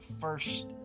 first